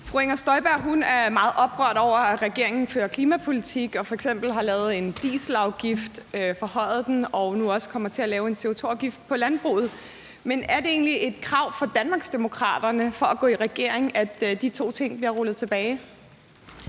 Fru Inger Støjberg er meget oprørt over, at regeringen fører klimapolitik og f.eks. har forhøjet en dieselafgift og nu også kommer til at lave en CO2-afgift på landbruget. Men er det egentlig et krav fra Danmarksdemokraternes side for at gå i regering, at de to ting bliver rullet tilbage?